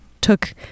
took